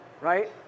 right